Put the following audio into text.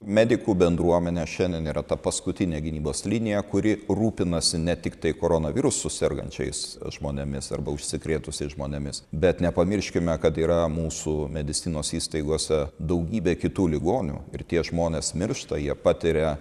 medikų bendruomenė šiandien yra ta paskutinė gynybos linija kuri rūpinasi ne tiktai koronavirusu sergančiais žmonėmis arba užsikrėtusiais žmonėmis bet nepamirškime kad yra mūsų medicinos įstaigose daugybė kitų ligonių ir tie žmonės miršta jie patiria